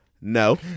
no